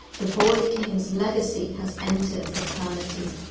the boy king's legacy has entered eternity,